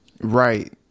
Right